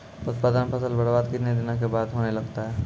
उत्पादन फसल बबार्द कितने दिनों के बाद होने लगता हैं?